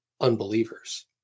unbelievers